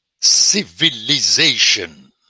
civilization